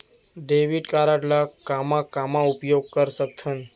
Debit card ला कामा कामा उपयोग कर सकथन?